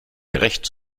gerecht